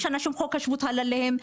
יש אנשים שחוק השבות חל עליהם,